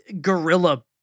Gorilla